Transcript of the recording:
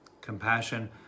compassion